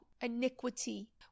iniquity